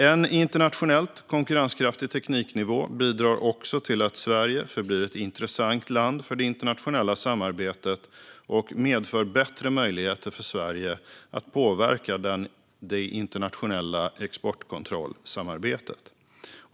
En internationellt konkurrenskraftig tekniknivå bidrar också till att Sverige förblir ett intressant land för det internationella samarbetet och medför bättre möjligheter för Sverige att påverka det internationella exportkontrollsamarbetet.